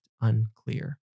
unclear